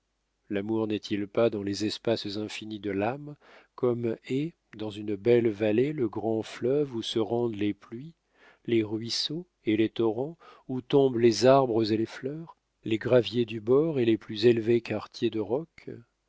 l'amour n'est-il pas dans les espaces infinis de l'âme comme est dans une belle vallée le grand fleuve où se rendent les pluies les ruisseaux et les torrents où tombent les arbres et les fleurs les graviers du bord et les plus élevés quartiers de roc